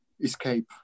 escape